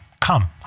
Come